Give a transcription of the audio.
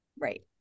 Right